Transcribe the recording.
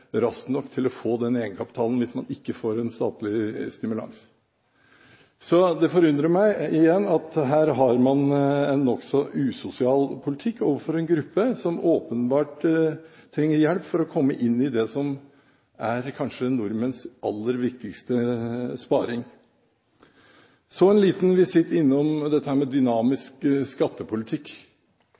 raskt nok til å få den egenkapitalen hvis man ikke får en statlig stimulans. Så igjen, det forundrer meg at man her har en nokså usosial politikk overfor en gruppe som åpenbart trenger hjelp for å komme inn i det som kanskje er nordmenns aller viktigste sparing. Så en liten visitt innom dette med dynamisk skattepolitikk,